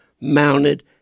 mounted